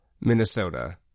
Minnesota